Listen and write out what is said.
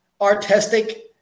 artistic